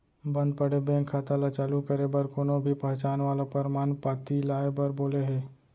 बंद पड़े बेंक खाता ल चालू करे बर कोनो भी पहचान वाला परमान पाती लाए बर बोले हे